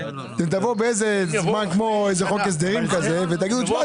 אתם תבואו בזמן של חוק הסדרים ותגידו: תשמע,